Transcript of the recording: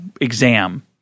exam